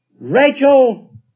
Rachel